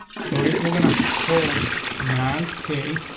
so if we're gonna hold a man, okay,